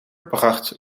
bracht